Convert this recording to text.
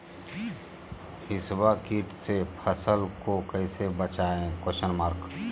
हिसबा किट से फसल को कैसे बचाए?